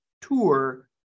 tour